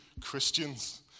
Christians